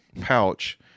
pouch